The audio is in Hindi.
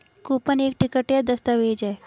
कूपन एक टिकट या दस्तावेज़ है